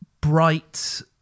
bright